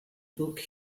book